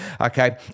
okay